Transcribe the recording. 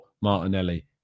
Martinelli